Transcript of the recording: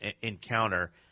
encounter